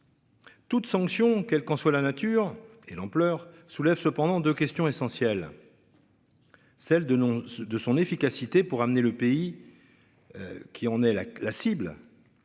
Toute sanction, quelle qu'en soit la nature et l'ampleur soulèvent cependant 2 questions essentielles. Celle de de son efficacité pour amener le pays. Qui en est la la cible.